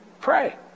pray